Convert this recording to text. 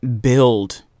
build